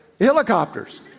helicopters